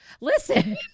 listen